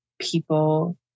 people